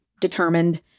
determined